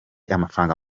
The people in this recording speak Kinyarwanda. amafaranga